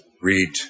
read